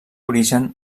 origen